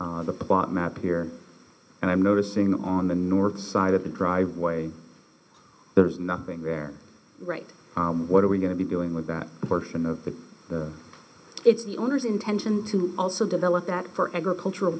the pot map here and i'm noticing that on the north side of the driveway there's nothing there right what are we going to be doing with that portion of it it's the owner's intention to also develop that for agricultural